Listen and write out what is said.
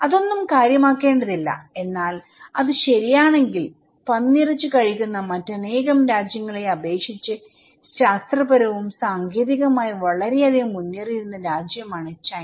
അതൊന്നും കാര്യമാക്കേണ്ടതില്ല എന്നാൽ അത് ശരിയാണെങ്കിൽ പന്നിയിറച്ചി കഴിക്കുന്ന മറ്റനേകം രാജ്യങ്ങളെ അപേക്ഷിച്ച് ശാസ്ത്രപരമായും സാങ്കേതികമായും വളരെയധികം മുന്നേറിയിരുന്ന രാജ്യമാണ് ചൈന